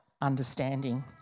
understanding